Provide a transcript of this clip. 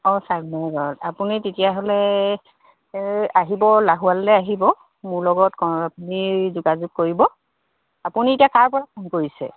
অঁ চাংমাই গাঁৱত আপুনি তেতিয়াহ'লে আহিব লাহোৱালৈ আহিব মোৰ লগত ক আপুনি যোগাযোগ কৰিব আপুনি এতিয়া কাৰ পৰা ফোন কৰিছে